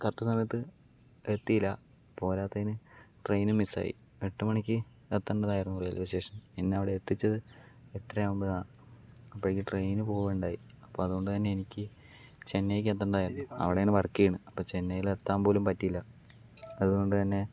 correct സമയത്ത് എത്തിയില്ല പോരാത്തതിന് ട്രെയിനും മിസ്സായി എട്ട് മണിക്ക് എത്തേണ്ടതായിരുന്നു റെയിൽവേ സ്റ്റേഷനില് എന്നെ അവിടെ എത്തിച്ചത് എട്ടര ആകുമ്പോഴാ അപ്പോഴേക്കും ട്രെയിൻ പോകുകയുണ്ടായി അപ്പോൾ അതുകൊണ്ട് തന്നെ എനിക്ക് ചെന്നൈക്ക് എത്തേണ്ടതായിരുന്നു അവിടെയാണ് വർക്ക് ചെയ്യണത് അപ്പോൾ ചെന്നൈയിൽ എത്താൻ പോലും പറ്റിയില്ല അതുകൊണ്ട് തന്നെ